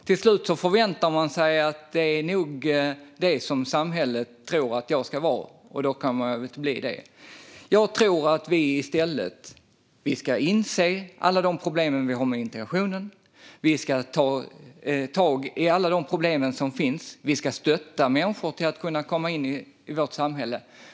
Till slut tänker de: Det är nog så samhället tror att jag ska vara, och då kan jag väl bli det. Jag tror att vi i stället ska inse alla problem vi har med integrationen. Vi ska ta tag i alla problem som finns. Vi ska stötta människor med att komma in i vårt samhälle.